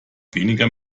weniger